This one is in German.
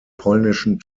polnischen